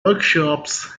workshops